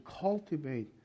cultivate